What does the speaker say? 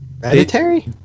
Hereditary